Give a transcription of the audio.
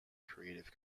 creative